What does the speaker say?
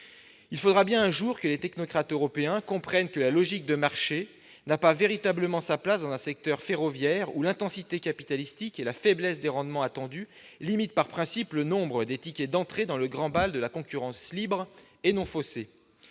Il faudra bien, un jour, que les technocrates européens comprennent que la logique de marché n'a pas véritablement sa place dans un secteur ferroviaire où l'intensité capitalistique et la faiblesse des rendements attendus limitent, par principe, le nombre des tickets d'entrée dans le grand bal de la concurrence libre et non faussée